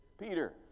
Peter